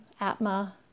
Atma